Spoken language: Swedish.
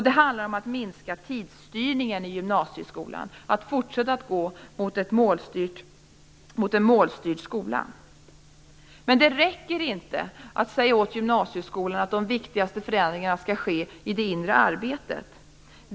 Det handlar om att minska tidsstyrningen i gymnasieskolan, att fortsätta att gå mot en målstyrd skola. Men det räcker inte att säga åt gymnasieskolan att de viktigaste förändringarna skall ske i det inre arbetet.